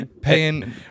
paying